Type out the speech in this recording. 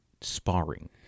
sparring